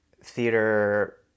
theater